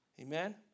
amen